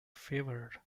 favored